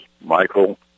michael